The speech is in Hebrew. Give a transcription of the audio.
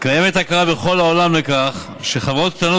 יש הכרה בכל העולם בכך שחברות קטנות